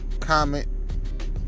comment